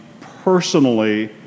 personally